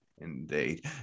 Indeed